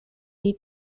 jej